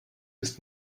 ist